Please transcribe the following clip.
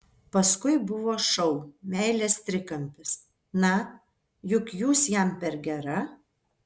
paskui buvo šou meilės trikampis na juk jūs jam per gera